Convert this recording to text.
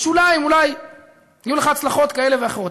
בשוליים אולי יהיו לך הצלחות כאלה ואחרות.